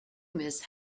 miss